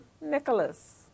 Nicholas